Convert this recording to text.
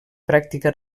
pràctica